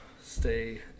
Stay